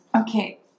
Okay